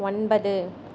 ஒன்பது